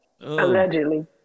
Allegedly